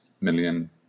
million